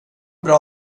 bra